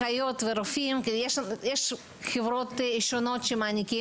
אחיות ורופאים יש חברות שונות שמעניקים